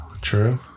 True